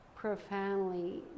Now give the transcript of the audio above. profoundly